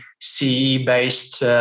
CE-based